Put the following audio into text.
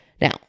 Now